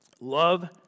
Love